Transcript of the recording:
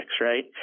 right